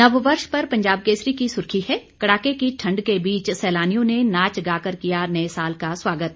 नव वर्ष पर पंजाब केसरी की सुर्खी है कड़ाके की ठंड के बीच सैलानियों ने नाच गाकर किया नए साल का स्वागत